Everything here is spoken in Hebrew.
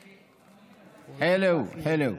חילו, חילו.